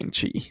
Chi